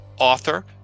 author